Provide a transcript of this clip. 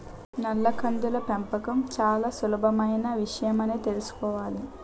నల్ల కందుల పెంపకం చాలా సులభమైన విషయమని తెలుసుకోవాలి